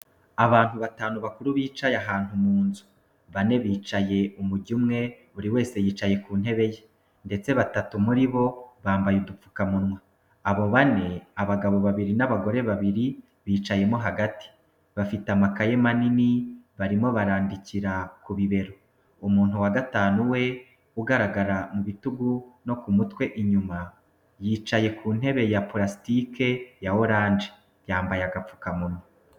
Abantu batanu bakuru bicaye ahantu mu nzu. Bane bicaye umujyo umwe, buri wese yicaye ku ntebe ye, ndetse batatu muri bo bambaye udupfukamunwa. Abo bane, abagabo babiri n'abagore babiri bicayemo hagati, bafite amakayi manini, barimo barandikira ku bibero. Umuntu wa gatanu we ugaragara mu bitugu no ku mutwe inyuma, yicaye ku ntebe ya pulasitiki ya orange, yampaye agapfukamunwa.